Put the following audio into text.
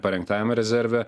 parengtajam rezerve